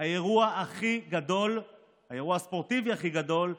האירוע הספורטיבי הכי גדול,